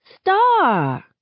Star